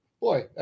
Boy